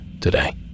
today